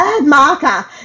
marker